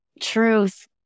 Truth